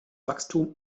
wachstum